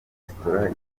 resitora